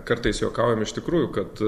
kartais juokaujam iš tikrųjų kad